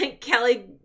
Kelly